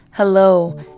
Hello